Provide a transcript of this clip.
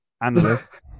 analyst